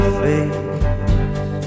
face